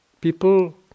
People